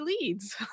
leads